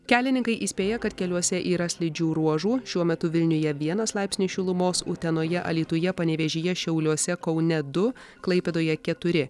kelininkai įspėja kad keliuose yra slidžių ruožų šiuo metu vilniuje vienas laipsnis šilumos utenoje alytuje panevėžyje šiauliuose kaune du klaipėdoje keturi